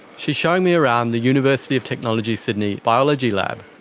she's showing me around the university of technology sydney biology lab.